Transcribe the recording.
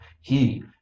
he